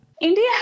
India